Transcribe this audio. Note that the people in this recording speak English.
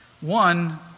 One